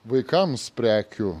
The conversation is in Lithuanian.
vaikams prekių